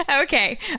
okay